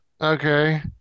okay